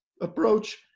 approach